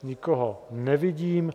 Nikoho nevidím.